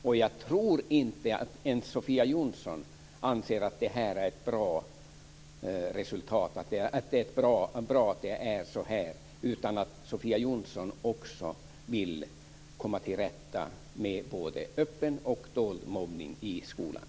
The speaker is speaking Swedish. Och jag tror inte att ens Sofia Jonsson anser att det är bra att det är så här utan att Sofia Jonsson också vill komma till rätta med både öppen och dold mobbning i skolan.